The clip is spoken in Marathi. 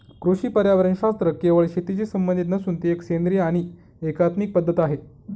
कृषी पर्यावरणशास्त्र केवळ शेतीशी संबंधित नसून ती एक सेंद्रिय आणि एकात्मिक पद्धत आहे